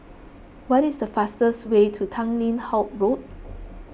what is the fastest way to Tanglin Halt Road